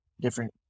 different